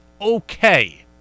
okay